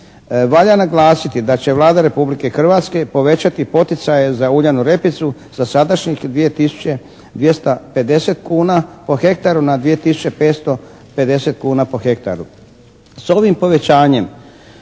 Valja naglasiti da će Vlada Republike Hrvatske povećati poticaje za uljanu repicu sa sadašnjih 2 tisuće 250 kuna po hektaru na 2 tisuće 550 kuna po hektaru.